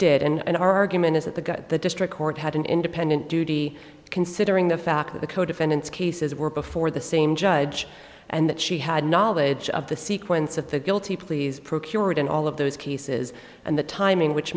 did in an argument is that the guy at the district court had an independent duty considering the fact that the co defendant's cases were before the same judge and that she had knowledge of the sequence of the guilty pleas procured and all of those cases and the timing which